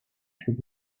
took